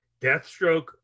Deathstroke